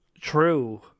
true